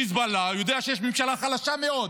חיזבאללה יודע שיש ממשלה חלשה מאוד,